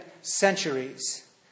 centuries